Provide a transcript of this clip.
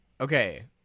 Okay